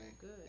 Good